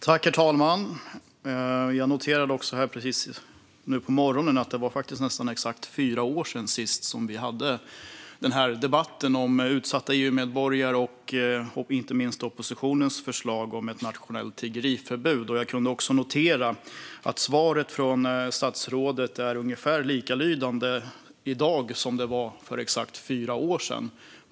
Herr talman! Jag noterade nu på morgonen att det var nästan exakt fyra år sedan vi senast hade denna debatt om utsatta EU-medborgare och, inte minst, oppositionens förslag om ett nationellt tiggeriförbud. Jag kunde också notera att svaret från statsrådet är ungefär likalydande i dag som för exakt fyra år sedan.